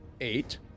eight